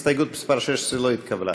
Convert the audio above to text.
הסתייגות מס' 16 לא נתקבלה.